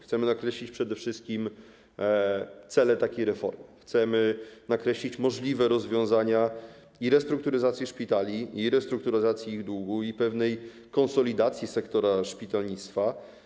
Chcemy nakreślić przede wszystkim cele takiej reformy, chcemy nakreślić możliwe rozwiązania co do restrukturyzacji szpitali i restrukturyzacji ich długu, pewnej konsolidacji sektora szpitalnictwa.